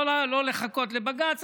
לא לחכות לבג"ץ.